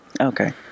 Okay